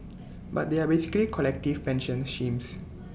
but they are basically collective pension schemes